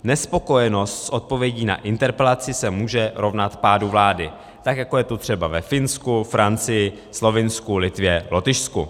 Nespokojenost s odpovědí na interpelaci se může rovnat pádu vlády, tak jako je to třeba ve Finsku, Francii, Slovinsku, Litvě, Lotyšsku.